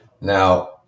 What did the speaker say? Now